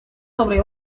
sobre